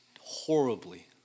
horribly